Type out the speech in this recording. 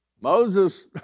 Moses